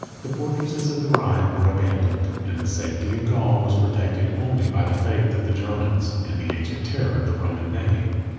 the fortresses of the rhine were abandoned and the safety of gaul was protected only by the faith of the germans, and the ancient terror of the roman name.